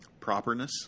Properness